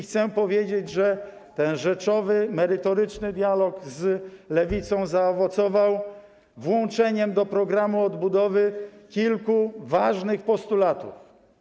Chcę powiedzieć, że ten rzeczowy, merytoryczny dialog z Lewicą zaowocował włączeniem do programu odbudowy kilku ważnych postulatów.